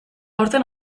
aurten